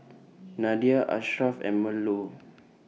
Nadia Ashraf and Melur